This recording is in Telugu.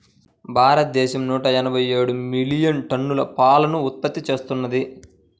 భారతదేశం నూట ఎనభై ఏడు మిలియన్ టన్నుల పాలను ఉత్పత్తి చేస్తున్నది